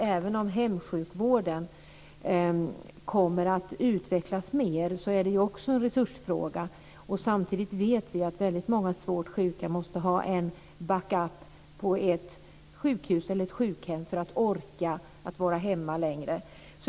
Även om hemsjukvården kommer att utvecklas mer är det även där en resursfråga. Samtidigt vet vi att många svårt sjuka måste ha en backup på ett sjukhus eller sjukhem för att orka vara hemma.